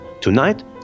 Tonight